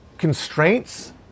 constraints